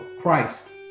Christ